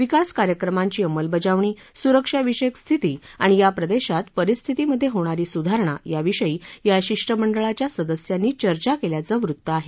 विकास कार्यक्रमांची अंमलबजावणी सुरक्षाविषयक स्थिती आणि या प्रदेशात परिस्थितीमध्ये होणारी सुधारणा याविषयी या शिष्टमंडळाच्या सदस्यांनी चर्चा केल्याचं वृत्त आहे